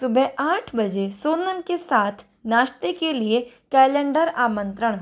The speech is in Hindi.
सुबह आठ बजे सोनम के साथ नाश्ते के लिए कैलेंडर आमंत्रण